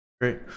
great